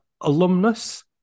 alumnus